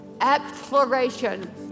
exploration